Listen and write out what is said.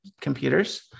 computers